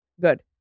Good